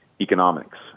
Economics